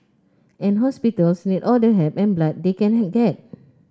and hospitals need all the help and blood they can have get